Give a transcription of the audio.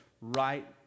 right